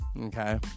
okay